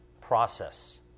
process